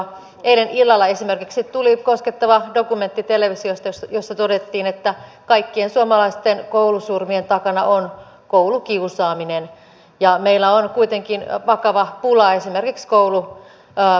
esimerkiksi eilen illalla tuli televisiosta koskettava dokumentti jossa todettiin että kaikkien suomalaisten koulusurmien takana on koulukiusaaminen ja meillä on kuitenkin vakava pula esimerkiksi koulupsykologeista